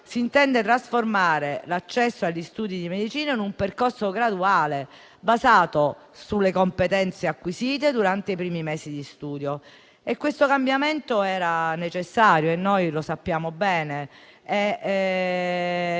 si intende trasformare l'accesso agli studi di medicina in un percorso graduale, basato sulle competenze acquisite durante i primi mesi di studio e questo cambiamento era necessario e noi lo sappiamo bene.